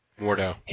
Mordo